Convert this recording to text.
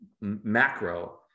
macro